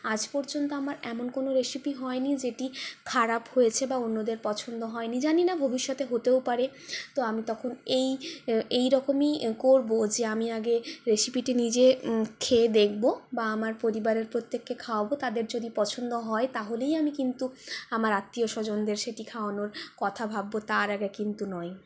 আজ পর্যন্ত আমার এমন কোনো রেসিপি হয়নি যেটি খারাপ হয়েছে বা অন্যদের পছন্দ হয়নি জানি না ভবিষ্যতে হতেও পারে তো আমি তখন এই এই রকমই করব যে আমি আগে রেসিপিটি নিজে খেয়ে দেখব বা আমার পরিবারের প্রত্যেককে খাওয়াব তাদের যদি পছন্দ হয় তাহলেই আমি কিন্তু আমার আত্মীয় স্বজনদের সেটি খাওয়ানোর কথা ভাবব তার আগে কিন্তু নয়